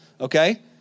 okay